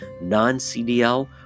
non-CDL